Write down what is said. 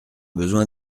besoin